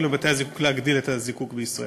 לבתי-הזיקוק להגדיל את הזיקוק בישראל.